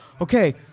okay